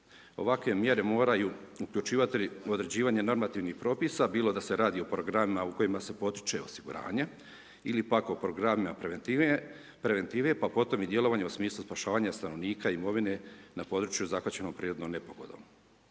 Ovakve mjere moraju uključivati određivanje normativnih propisa, bilo da se radi o programima, u kojima se potiče osiguranje ili pak o programima preventive, pa potom i djelovanje u smislu spašavanje stanovnika i imovine na području zakačenog prirodnom nepogodom.